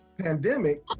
pandemic